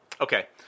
Okay